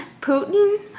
Putin